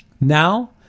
Now